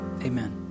amen